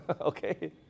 Okay